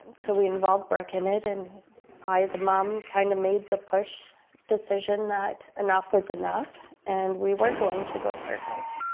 so we involved brooke in it, and i as a mom kind of made the push decision that enough was enough and we were going to go for help.